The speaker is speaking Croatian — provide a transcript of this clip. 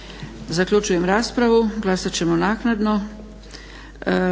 Zaključujem raspravu. Glasat ćemo naknadno.